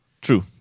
true